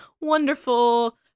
wonderful